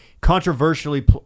controversially